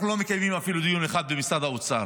אנחנו לא מקבלים אפילו דיון אחד במשרד האוצר.